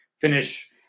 finish